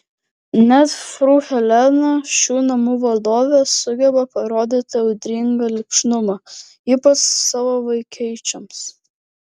net fru helena šių namų valdovė sugeba parodyti audringą lipšnumą ypač savo vaikaičiams